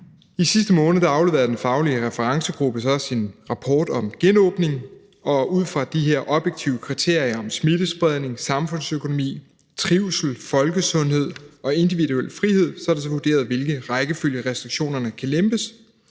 I sidste måned afleverede den faglige referencegruppe så sin rapport om genåbning, og ud fra de her objektive kriterier om smittespredning, samfundsøkonomi, trivsel, folkesundhed og individuel frihed er det så vurderet, i hvilken rækkefølge restriktionerne kan lempes,